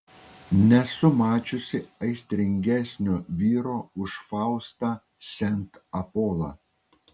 nesu mačiusi aistringesnio vyro už faustą sent apolą